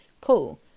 cool